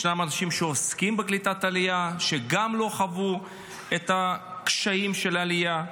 יש אנשים שעוסקים בקליטת עלייה שגם לא חוו את הקשיים של העלייה.